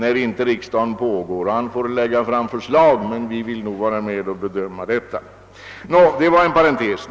I fråga om beskattningen får finansministern lägga fram förslag som vi får bedöma. Det var en parentes.